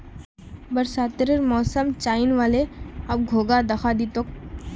बरसातेर मौसम चनइ व ले, अब घोंघा दखा दी तोक